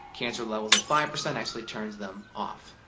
cancer levels at five percent actually turns them off.